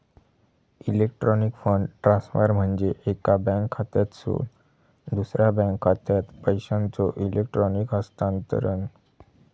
electronic fund transfer म्हणजे एका bank खात्यातसून दुसरा बँक खात्यात पैशांचो इलेक्ट्रॉनिक हस्तांतरण